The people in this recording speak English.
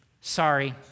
Sorry